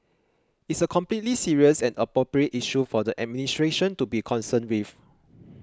it's a completely serious and appropriate issue for the administration to be concerned with